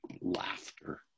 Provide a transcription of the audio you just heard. laughter